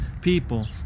people